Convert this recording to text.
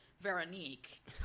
Veronique